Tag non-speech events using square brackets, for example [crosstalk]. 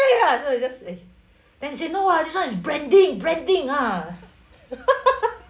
so we just eh and should know ah this one is branding branding ah [laughs]